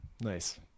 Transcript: Nice